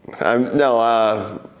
No